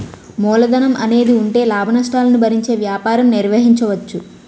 మూలధనం అనేది ఉంటే లాభనష్టాలను భరించే వ్యాపారం నిర్వహించవచ్చు